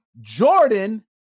Jordan